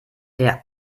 der